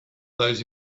those